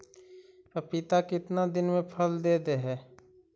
पपीता कितना दिन मे फल दे हय?